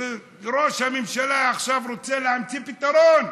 ראש הממשלה עכשיו רוצה להמציא פתרון,